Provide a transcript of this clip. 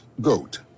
GOAT